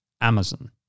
Amazon